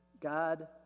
god